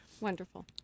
Wonderful